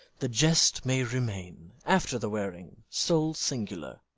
the jest may remain, after the wearing, sole singular.